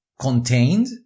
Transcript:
contained